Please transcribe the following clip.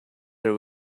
her